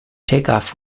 takeoff